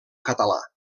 català